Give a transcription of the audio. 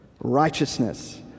righteousness